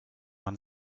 man